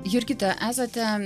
jurgita esate